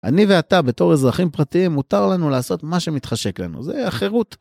אני ואתה, בתור אזרחים פרטיים, מותר לנו לעשות מה שמתחשק לנו, זה החירות.